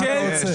מה אתה רוצה?